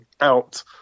out